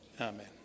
amen